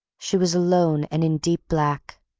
she was alone and in deep black.